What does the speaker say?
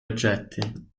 oggetti